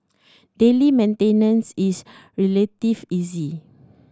daily maintenance is relatively easy